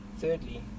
thirdly